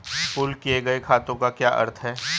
Pool किए गए खातों का क्या अर्थ है?